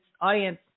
Audience